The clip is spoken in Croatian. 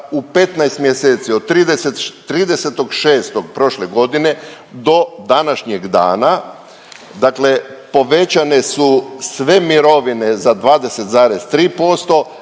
u 15 mjeseci od 30.6. prošle godine do današnjeg dana, dakle povećane su sve mirovine za 20,3%,